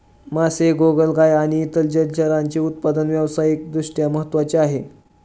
मासे, गोगलगाय आणि इतर जलचरांचे उत्पादन व्यावसायिक दृष्ट्या महत्त्वाचे आहे